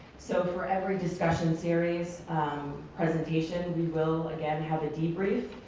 so for every discussion series presentation, we will again have a debrief.